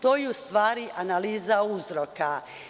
To je u stvari analiza uzroka.